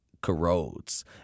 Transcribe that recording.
corrodes